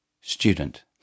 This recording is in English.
Student